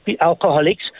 alcoholics